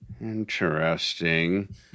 interesting